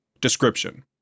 DESCRIPTION